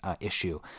issue